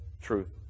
truth